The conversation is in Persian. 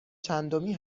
چندمی